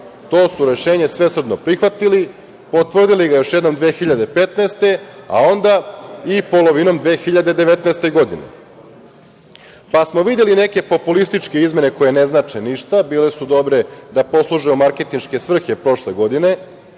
to su rešenje svesrdno prihvatili, potvrdili ga još jednom 2015. godine, a onda i polovinom 2019. godine. Videli smo neke populističke izmene koje ne znače ništa. Bile su dobre da posluže u marketinške svrhe prošle godine